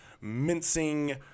mincing